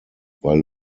weil